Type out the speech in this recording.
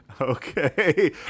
Okay